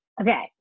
Okay